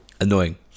annoying